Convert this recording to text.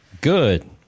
Good